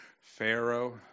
Pharaoh